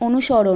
অনুসরণ